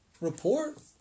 report